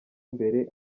imbere